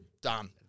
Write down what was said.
done